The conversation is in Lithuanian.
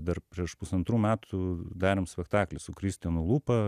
dar prieš pusantrų metų darėm spektaklį su kristijanu lūpa